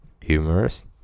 Humorous